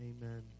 Amen